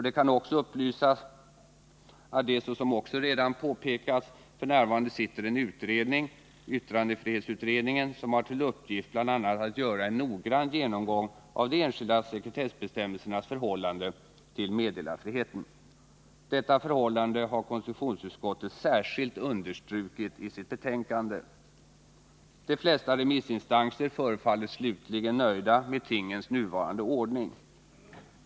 Det kan också upplysas att det, som redan påpekats, f. n. sitter en utredning, yttrandefrihetsutredningen, som har till uppgift att bl.a. göra en noggrann genomgång av de enskilda sekretessbestämmelsernas förhållande till meddelarfriheten. Detta förhållande har konstitutionsutskottet särskilt understrukit i sitt betänkande. De flesta remissinstanser förefaller slutligen nöjda med tingens nuvarande ordning.